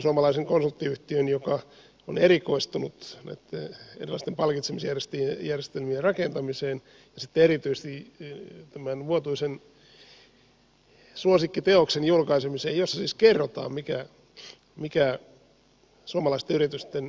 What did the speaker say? eräs suomalainen konsulttiyhtiö on erikoistunut erilaisten palkitsemisjärjestelmien rakentamiseen ja sitten erityisesti tämän vuotuisen suosikkiteoksen julkaisemiseen jossa siis kerrotaan mikä suomalaisten yritysten toimitusjohtajien palkkataso on